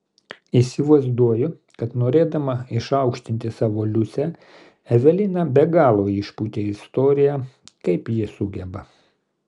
įsivaizduoju kad norėdama išaukštinti savo liusę evelina be galo išpūtė istoriją kaip ji sugeba